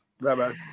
Bye-bye